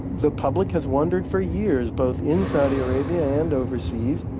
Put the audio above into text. the public has wondered for years both in saudi arabia and overseas,